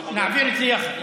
אני מודה לך.